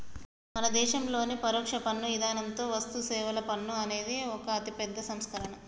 మన దేసంలోని పరొక్ష పన్ను ఇధానంతో వస్తుసేవల పన్ను అనేది ఒక అతిపెద్ద సంస్కరణ